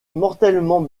mortellement